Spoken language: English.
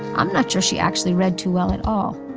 i'm not sure she actually read too well at all.